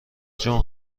جون